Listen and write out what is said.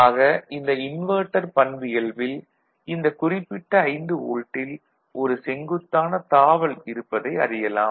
ஆக இந்த இன்வெர்ட்டர் பண்பியல்பில் இந்தக் குறிப்பிட்ட 5 வோல்ட்டில் ஒரு செங்குத்தான தாவல் இருப்பதை அறியலாம்